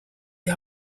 die